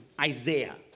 Isaiah